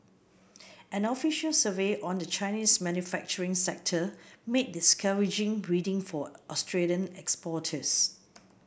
an official survey on the Chinese manufacturing sector made discouraging reading for Australian exporters